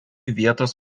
vietos